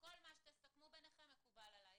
כל מה שתסכמו ביניכם מקובל עלי.